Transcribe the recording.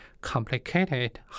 complicated